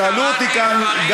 שאלו אותי כאן,